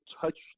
touch